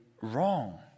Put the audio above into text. wrong